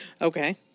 okay